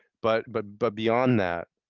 but but but beyond that,